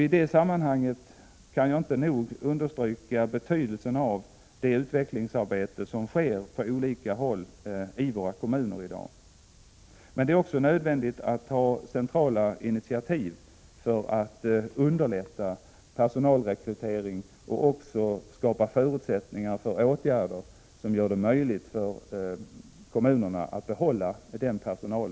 I detta sammanhang kan jag inte nog understryka betydelsen av det utvecklingsarbete som sker på olika håll i kommunerna i dag. Det är emellertid också nödvändigt att ta centrala initiativ för att underlätta personalrekrytering och skapa förutsättningar för åtgärder som gör det möjligt för kommunerna att behålla sin personal.